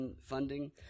funding